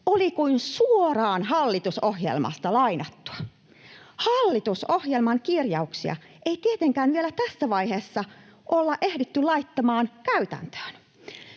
oli kuin suoraan hallitusohjelmasta lainattua. Hallitusohjelman kirjauksia ei tietenkään vielä tässä vaiheessa olla ehditty laittaa käytäntöön.